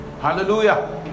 Hallelujah